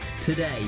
today